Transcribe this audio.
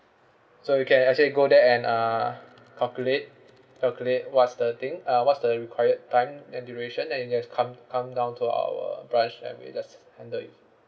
so you can actually go there and uh calculate calculate what's the thing uh what's the required time and duration then you just come come down to our branch and we will just handle it